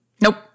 Nope